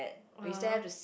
uh [huh]